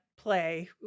play